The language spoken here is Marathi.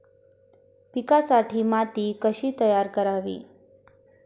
पिकांसाठी माती कशी तयार करावी?